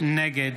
נגד